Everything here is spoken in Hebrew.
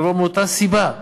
הלוא מאותה סיבה,